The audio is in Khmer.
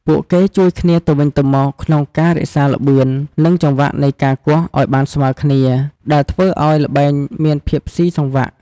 ពួកគេជួយគ្នាទៅវិញទៅមកក្នុងការរក្សាល្បឿន និងចង្វាក់នៃការគោះឲ្យបានស្មើគ្នា ដែលធ្វើឲ្យល្បែងមានភាពស៊ីសង្វាក់។